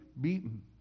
beaten